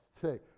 say